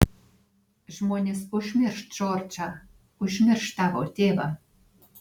žmonės užmirš džordžą užmirš tavo tėvą